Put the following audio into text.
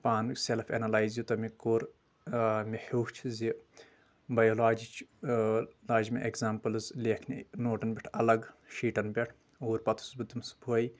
پانہٕ self analyse یوٗتاہ مےٚ کوٚر آ مےٚ ہیٚوچھ زِ بیولاجی چھِ اۭ لاجہِ مےٚ ایٚگزامپلٕز لیکھنہِ نوٹن پٮ۪ٹھ الگ شیٹن پٮ۪ٹھ اور پتہٕ اوسُس بہٕ تِم صبحٲے